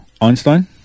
Einstein